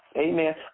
Amen